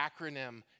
acronym